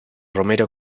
romero